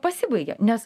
pasibaigia nes